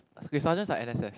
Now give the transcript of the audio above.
K sergeants are n_s_f